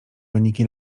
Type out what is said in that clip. wyniki